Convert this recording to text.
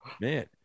man